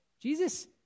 Jesus